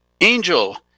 Angel